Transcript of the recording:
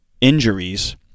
injuries